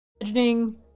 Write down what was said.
imagining